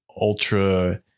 ultra